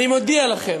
אני מודיע לכם,